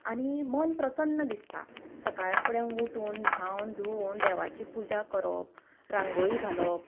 आनी मन प्रसन्न दिसता सकाळी फुडें उठून न्हांवन धुवन देवाची पुजा करप रांगोळी घालप